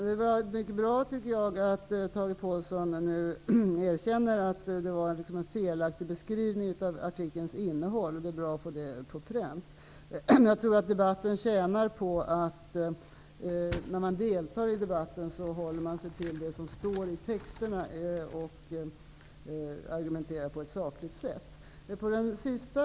Herr talman! Det är mycket bra att Tage Påhlsson nu erkänner att det gjordes en felaktig beskrivning av artikelns innehåll. Det är bra att få detta på pränt. Jag tror att debatten tjänar på att man håller sig till det som står i texterna och argumenterar på ett sakligt sätt när man deltar i debatten.